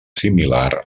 similar